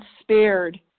spared